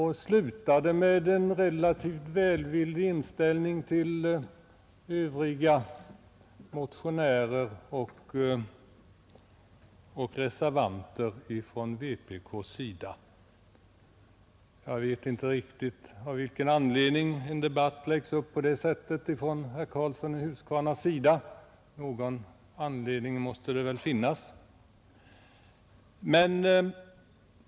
Han slutade med att ge uttryck åt en relativt välvillig inställning till övriga motionärer och reservanten från vpk. Jag vet inte riktigt av vilken anledning herr Karlsson i Huskvarna lägger upp en debatt på det sättet. Någon anledning måste det väl finnas.